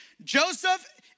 Joseph